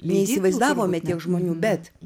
neįsivaizdavome tiek žmonių bet